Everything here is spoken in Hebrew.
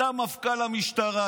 אתה מפכ"ל המשטרה,